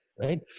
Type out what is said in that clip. right